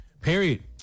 Period